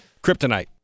Kryptonite